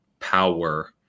power